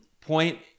point